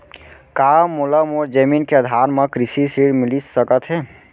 का मोला मोर जमीन के आधार म कृषि ऋण मिलिस सकत हे?